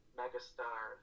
megastar